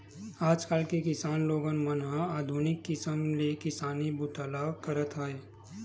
आजकाल के किसान लोगन मन ह आधुनिक किसम ले किसानी बूता ल करत हे